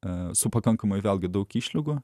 esu pakankamai vėlgi daug išlygų